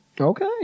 Okay